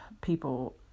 people